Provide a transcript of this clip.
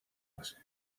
base